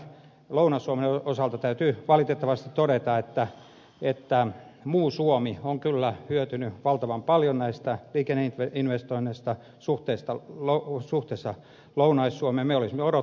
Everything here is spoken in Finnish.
lounais suomen osalta täytyy valitettavasti todeta että muu suomi on kyllä hyötynyt valtavan paljon näistä liikenneinvestoinneista suhteessa lounais suomeen